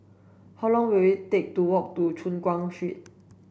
how long will it take to walk to Choon Guan Street